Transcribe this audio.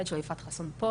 המפקדת שלו יפעת חסון פה,